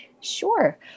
Sure